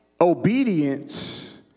Obedience